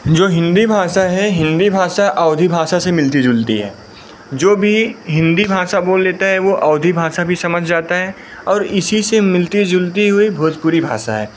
जो हिंदी भाषा है हिंदी भाषा अवधी भाषा से मिलती जुलती है जो भी हिंदी भाषा बोल लेता है वह अवधी भाषा भी समझ जाता है और इसी से मिलती जुलती हुई भोजपुरी भाषा है